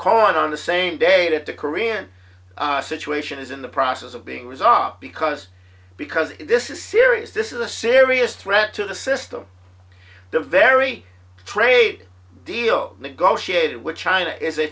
cohen on the same date at the korean situation is in the process of being resolved because because this is serious this is a serious threat to the system the very trade deal negotiated with china is a